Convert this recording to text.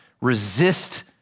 resist